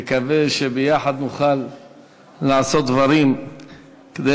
אני מקווה שביחד נוכל לעשות דברים כדי